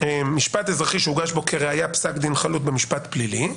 "משפט אזרחי שהוגש בו כראיה פסק דין חלוט במשפט פלילי,